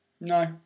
No